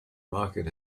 market